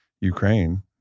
Ukraine